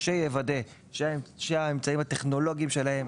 שיוודא שהאמצעים הטכנולוגיים שלהם